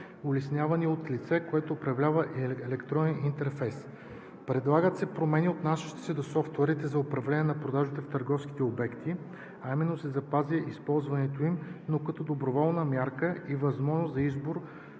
улеснявани от лице, което управлява електронен интерфейс. Предлагат се промени отнасящи се до софтуерите за управление на продажбите в търговските обекти, а именно да се запази използването им, но като доброволна мярка и възможност за избор